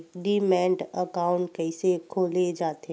Demat account कइसे खोले जाथे?